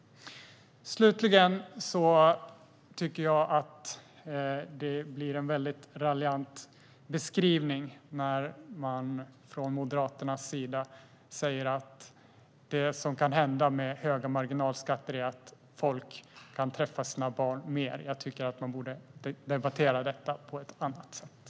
Slutligen tycker jag att det är en väldigt raljant beskrivning när man från Moderaternas sida säger att det som kan hända med höga marginalskatter är att folk kan träffa sina barn mer. Jag tycker att man borde debattera detta på ett annat sätt.